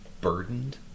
burdened